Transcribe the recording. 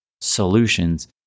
solutions